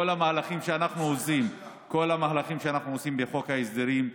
כל המהלכים שאנחנו עושים בחוק ההסדרים,